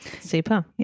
super